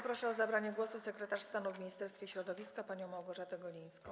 Proszę o zabranie głosu sekretarz stanu w Ministerstwie Środowiska panią Małgorzatę Golińską.